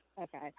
Okay